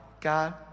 god